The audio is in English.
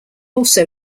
also